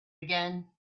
again